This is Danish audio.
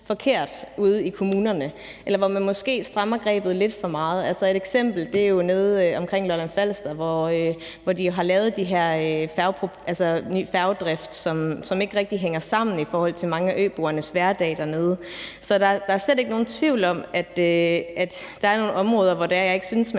forkert ude i kommunerne, eller hvor man måske strammer grebet lidt for meget. Et eksempel er nede omkring Lolland-Falster, hvor de har lavet den her nye færgedrift, som ikke rigtig hænger sammen i forhold til mange af øboernes hverdag dernede. Så der er slet ikke nogen tvivl om, at der er nogle områder, hvor jeg ikke synes man